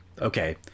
Okay